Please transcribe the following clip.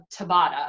Tabata